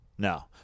No